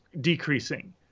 decreasing